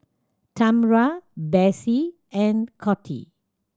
Tambra Bessie and Coty